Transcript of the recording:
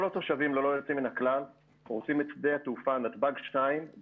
כל התושבים ללא יוצא מן הכלל רוצים את שדה התעופה נתב"ג 2 בנבטים.